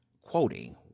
quoting